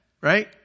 Right